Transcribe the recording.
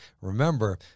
Remember